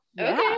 Okay